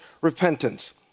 repentance